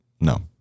No